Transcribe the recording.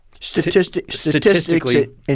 Statistically